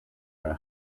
your